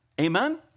Amen